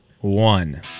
one